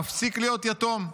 מפסיק להיות יתום.